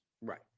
Right